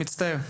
מצטער.